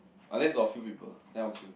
unless got few people that I'll queue